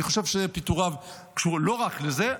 אני חושב שפיטוריו קשורים לא רק לזה,